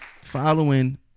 following